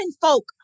folk